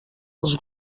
els